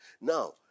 Now